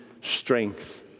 strength